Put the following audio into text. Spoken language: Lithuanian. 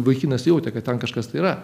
vaikinas jautė kad ten kažkas tai yra